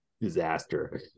Disaster